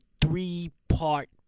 three-part